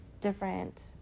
different